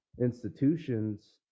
institutions